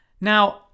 Now